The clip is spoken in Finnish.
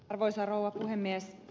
arvoisa rouva puhemies